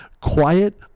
Quiet